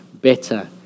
better